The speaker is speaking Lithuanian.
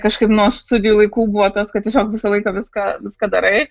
kažkaip nuo studijų laikų buvo tas kad tiesiog visą laiką viską viską darai